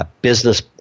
business